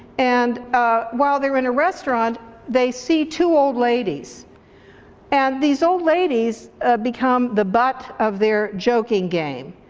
and while they're in a restaurant they see two old ladies and these old ladies become the butt of their joking game,